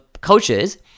coaches